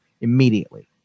immediately